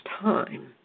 time